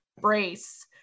brace